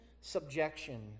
subjection